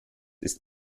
ist